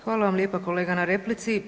Hvala vam lijepa kolega na replici.